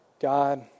God